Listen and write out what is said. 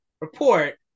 report